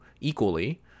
equally